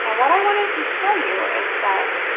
and what i wanted to show you is that,